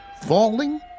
Falling